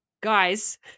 guys